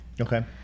Okay